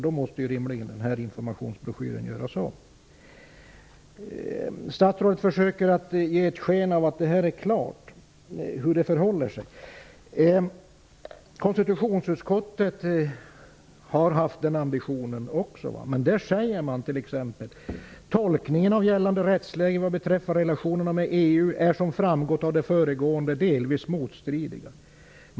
Den här informationsbroschyren måste rimligen göras om. Statsrådet försöker ge sken av att det är klart hur det förhåller sig. Konstitutionsutskottet har också haft den ambitionen, men man säger t.ex. att tolkningen av gällande rättsläge vad beträffar relationerna med EU är som framgått av det föregående delvis motstridig.